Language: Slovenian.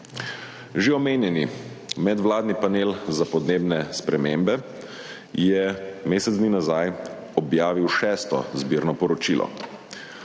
Že omenjeni Medvladni panel za podnebne spremembe je mesec dni nazaj objavil šesto zbirno poročilo.